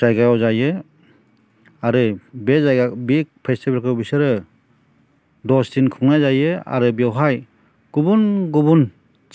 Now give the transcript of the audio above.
जायगायाव जायो आरो बे जायगा बे फेस्टिभेलखौ बिसोरो दस दिन खुंनाय जायो आरो बेयावहाय गुबुन गुबुन